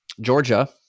Georgia